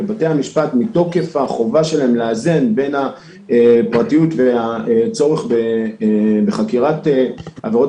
ובתי המשפט מתוקף חובתם לאזן בין הפרטיות והצורך בחקירת עבירות